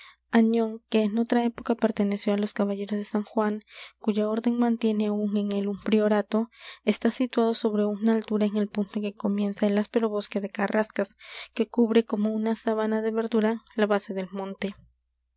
añón que en otra época perteneció á los caballeros de san juan cuya orden mantiene aún en él un priorato está situado sobre una altura en el punto en que comienza el áspero bosque de carrascas que cubre como una sábana de verdura la base del monte